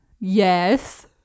Yes